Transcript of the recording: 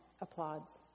applauds